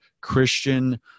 Christian